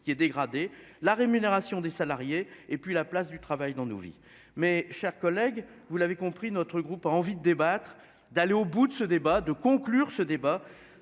qui est dégradé, la rémunération des salariés et puis la place du travail dans nos vies, mais chers collègues, vous l'avez compris, notre groupe a envie de débattre, d'aller au bout de ce débat de conclure ce débat,